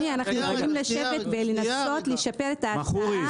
אנחנו יכולים לנסות לשפר את ההצעה.